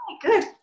Good